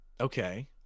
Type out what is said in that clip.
Okay